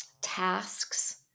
tasks